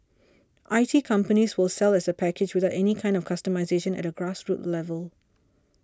I T companies will sell as a package without any kind of customisation at a grassroots level